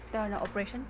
ꯗꯣꯛꯇꯔꯅ ꯑꯣꯄ꯭ꯔꯦꯁꯟ